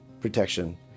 protection